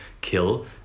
kill